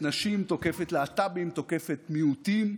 תוקפת מיעוטים,